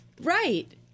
Right